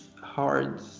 hard